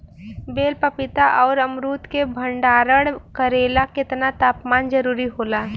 बेल पपीता और अमरुद के भंडारण करेला केतना तापमान जरुरी होला?